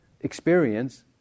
experience